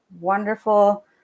wonderful